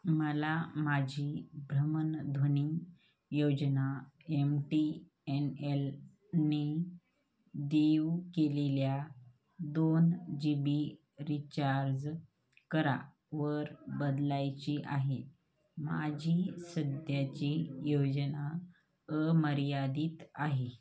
मला माझी भ्रमणध्वनी योजना एम टी एन एलने देऊ केलेल्या दोन जी बी रिचार्ज करा वर बदलायची आहे माझी सध्याची योजना अमर्यादित आहे